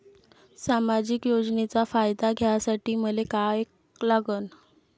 सामाजिक योजनेचा फायदा घ्यासाठी मले काय लागन?